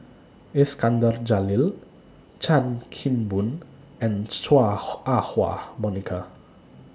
Iskandar Jalil Chan Kim Boon and Chua Ah Huwa Monica